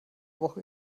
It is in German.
woche